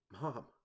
Mom